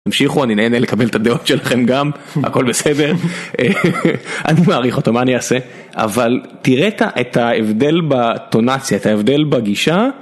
תמשיכו, אני נהנה לקבל את הדעות שלכם גם, הכל בסדר. אני מעריך אותו, מה אני אעשה? אבל תראה את ההבדל בטונציה, את ההבדל בגישה.